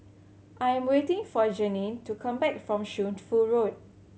I am waiting for Janene to come back from Shunfu Road